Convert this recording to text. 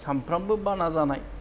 सानफ्रामबो बाना जानाय